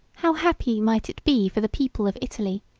how happy might it be for the people of italy,